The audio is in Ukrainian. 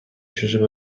чужим